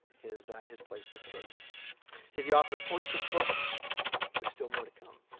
his his place of birth. he is the author of forty six books with still more to come.